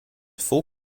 full